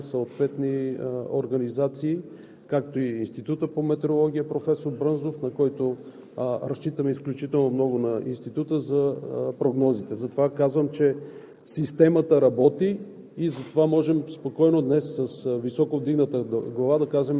аз ръководя, с членове съответните министри, членове на съответните организации, както и Институтът по метрология – професор Брънзов, на който разчитаме изключително много, на Института, за прогнозите. Затова казвам, че системата работи